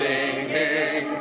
singing